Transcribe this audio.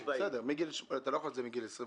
אתה לא יכול לעשות את זה מגיל 21,